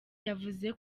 yavuze